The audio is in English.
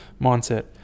Mindset